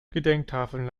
gedenktafeln